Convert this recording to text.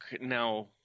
Now